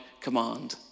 command